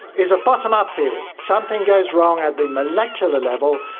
is a bottom-up theory something goes wrong at the molecular level,